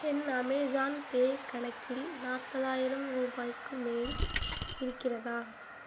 என் Amazon Pay கணக்கில் நாற்பதாயிரம் ரூபாய்க்கு மேல் இருக்கிறதா